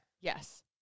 Yes